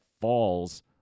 falls